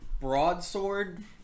broadsword